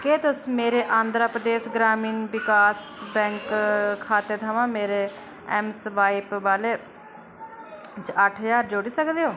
केह् तुस मेरे आंध्रा प्रदेश ग्रामीण विकास बैंक खाते थमां मेरे ऐम्म स्वाइप वालेट अट्ठ ज्हार जोड़ी सकदे ओ